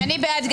הצבעה לא